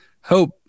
hope